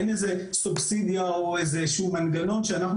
אין איזו סובסידיה או איזשהו מנגנון שאנחנו